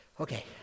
okay